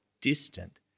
distant